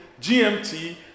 gmt